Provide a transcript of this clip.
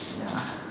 ya